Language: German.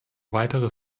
weitere